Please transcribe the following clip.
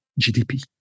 GDP